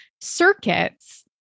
circuits